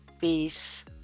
peace